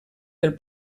pel